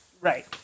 Right